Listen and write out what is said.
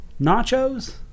nachos